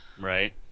Right